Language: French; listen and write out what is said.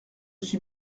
suis